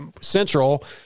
central